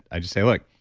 i just say, look,